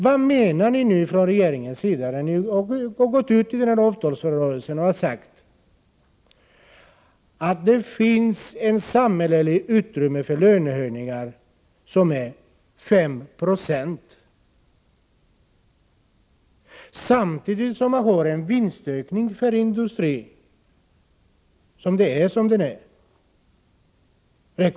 Vad menar regeringen när man gått ut i denna avtalsrörelse och sagt att det finns ett samhälleligt utrymme för lönehöjningar på 5 96? Vi har ju samtidigt en vinstökning för industrin som är rekordartad.